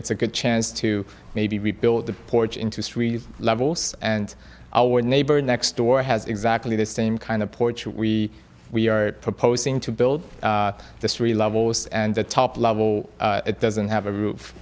it's a good chance to maybe rebuild the porch into three levels and our neighbor next door has exactly the same kind of porch we we are proposing to build this really levels and the top level it doesn't have a roof